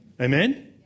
Amen